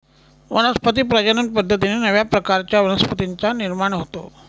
वनस्पती प्रजनन पद्धतीने नव्या प्रकारच्या वनस्पतींचा निर्माण होतो